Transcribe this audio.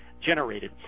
generated